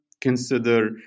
consider